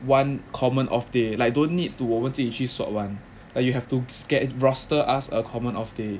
one common off day like don't need to 我们自己去 swap [one] like you have to sche~ roster us a common off day